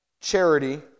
charity